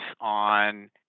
on